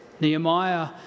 Nehemiah